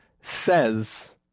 says